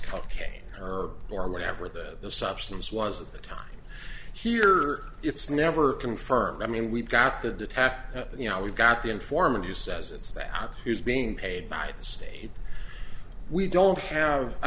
cocaine her or whatever the substance was at the time here it's never confirmed i mean we've got the detector you know we've got the informant who says it's that he's being paid by the state we don't have i